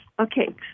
Okay